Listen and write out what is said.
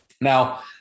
Now